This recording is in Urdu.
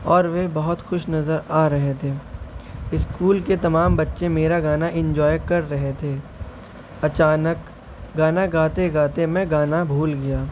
اور وہ بہت خوش نظر آ رہے تھے اسکول کے تمام بچے میرا گانا انجوائے کر رہے تھے اچانک گانا گاتے گاتے میں گانا بھول گیا